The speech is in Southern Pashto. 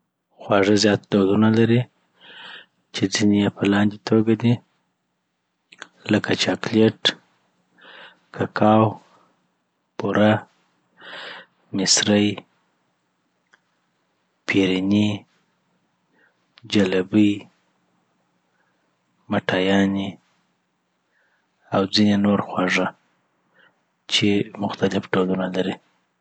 خواږه زیات ډولونه لري چي ځیني یی په لاندي توګه دي لکه چاکلیټ، ککاو، بوره، میسري، پیرينې، جلبې، مټایانې، اوځیني نور چي مختلف ډولونه لري.